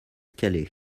calais